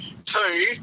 two